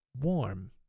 warm